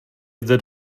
zde